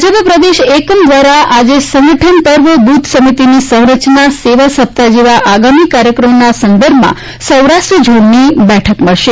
ભાજપ પ્રદેશ એકમ દ્વારા આજે સંગઠન પર્વ બુથ સમિતિની સંરચના સેવા સપ્તાહ જેવા આગામી કાર્યક્રમોના સંદર્ભમાં સૌરાષ્ટ્ર ઝોનની બેઠક મળશે